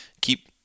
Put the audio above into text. keep